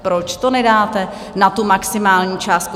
Proč to nedáte na tu maximální částku?